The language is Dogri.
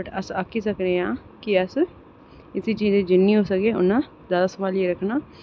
बट अस आखी सकने आं कि अस इत्थै चीज़ें गी जिन्ना होई सकै उन्ना सम्हालियै रक्खी सकां